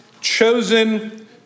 chosen